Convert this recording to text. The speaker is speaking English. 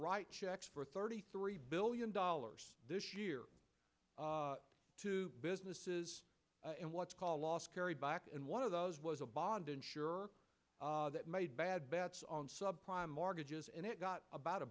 write checks for thirty three billion dollars this year to businesses and what's called loss carry back and one of those was a bond insure that made bad bets on sub prime mortgages and it got about a